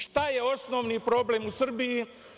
Šta je osnovni problem u Srbiji?